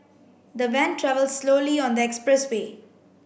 the van travelled slowly on the expressway